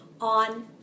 on